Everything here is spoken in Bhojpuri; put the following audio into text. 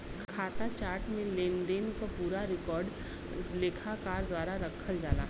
खाता चार्ट में लेनदेन क पूरा रिकॉर्ड लेखाकार द्वारा रखल जाला